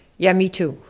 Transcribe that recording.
yeah me too,